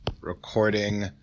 recording